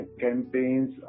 campaigns